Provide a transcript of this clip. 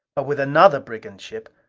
but with another brigand ship,